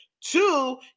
Two